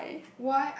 why